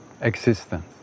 existence